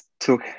took